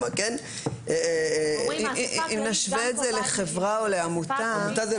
--- אם נשווה את זה לחברה או לעמותה,